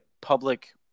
public